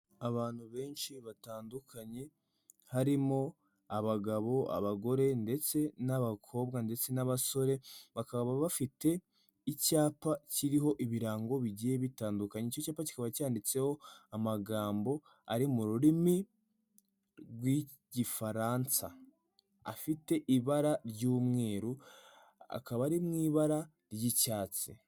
Abenshi batandukanye harimo abagabo, abagore ndetse n'abakobwa ndetse n'abasore, bakaba bafite icyapa kiriho ibirango bigiye bitandukanye. Icyo cyapa kikaba cyanditseho amagambo ari mu rurimi rw'igifaransa, afite ibara ry'umweru, akaba ari mu ibara ry'icyatsi.